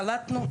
קלטנו,